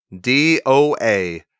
D-O-A